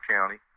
County